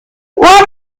what